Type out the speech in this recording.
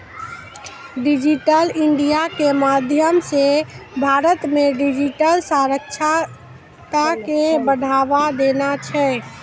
digital India के माध्यम से भारत मे डिजिटल साक्षरता के बढ़ावा देना छै